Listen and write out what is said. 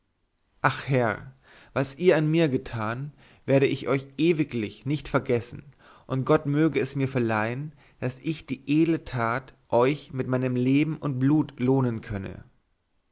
ach herr was ihr an mir getan werde ich euch ewiglich nicht vergessen und gott möge es mir verleihen daß ich die edle tat euch mit meinem leben und blut lohnen könne